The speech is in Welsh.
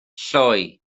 lloi